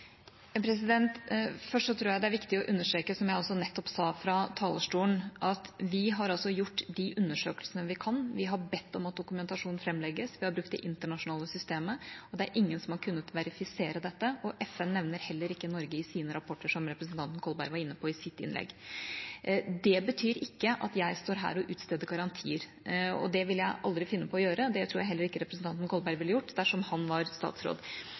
tror jeg det er viktig å understreke, som jeg nettopp sa fra talerstolen, at vi har gjort de undersøkelsene vi kan. Vi har bedt om at dokumentasjon framlegges, vi har brukt det internasjonale systemet, og det er ingen som har kunnet verifisere dette. FN nevner heller ikke Norge i sine rapporter, som representanten Kolberg var inne på i sitt innlegg. Det betyr ikke at jeg står her og utsteder garantier. Det ville jeg aldri finne på å gjøre. Det tror jeg heller ikke representanten Kolberg ville gjort dersom han var statsråd.